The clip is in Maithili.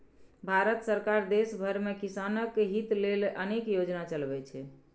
भारत सरकार देश भरि मे किसानक हित लेल अनेक योजना चलबै छै